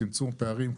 צמצום פערים,